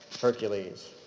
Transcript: Hercules